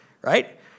right